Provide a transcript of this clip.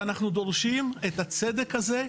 ואנחנו דורשים את הצדק הזה.